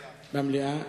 במליאה.